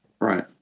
Right